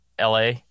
LA